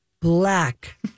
black